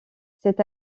cet